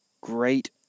great